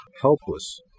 helpless